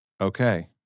okay